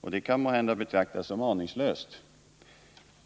Det kan måhända betraktas som aningslöst.